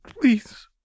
please